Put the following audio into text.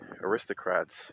aristocrats